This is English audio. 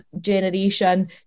generation